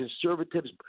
conservatives